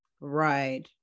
Right